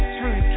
turn